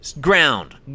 ground